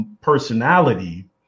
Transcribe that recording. personality